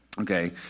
okay